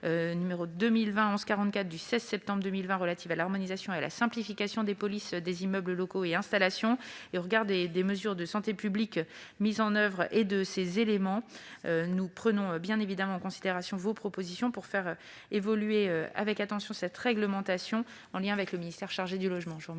n° 2020-1144 du 16 septembre 2020 relative à l'harmonisation et à la simplification des polices des immeubles, locaux et installations. Au regard des mesures de santé publique mises en oeuvre et de tous ces éléments, nous prenons bien évidemment en considération vos propositions visant à faire évoluer cette réglementation. Elles seront étudiées en lien avec le ministère chargé du logement.